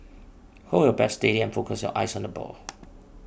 hold your bat steady and focus your eyes on the ball